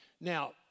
Now